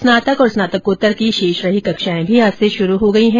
स्नातक और स्नातकोत्तर की शेष रही कक्षायें भी आज से शुरू हो गई है